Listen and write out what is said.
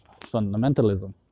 fundamentalism